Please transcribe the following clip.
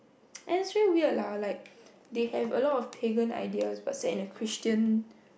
actually weird lah like they have a lot of pagan ideas but set in the Christian